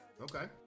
Okay